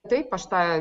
taip aš tą